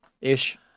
ish